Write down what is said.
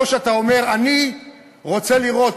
או שאתה אומר: אני רוצה לראות,